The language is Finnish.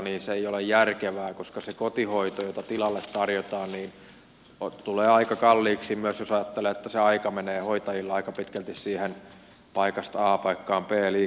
se ei ole järkevää koska se kotihoito jota tilalle tarjotaan tulee aika kalliiksi myös jos ajattelee että se aika menee hoitajilla aika pitkälti siihen paikasta a paikkaan b liikkumiseen